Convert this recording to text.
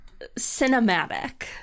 cinematic